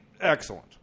excellent